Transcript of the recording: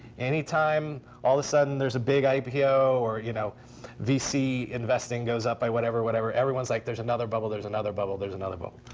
anytime all of a sudden there's a big ipo or you know vc investing goes up by whatever, whatever, everyone's like, there's another bubble, there's another bubble, there's another bubble.